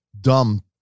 dumb